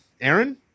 Aaron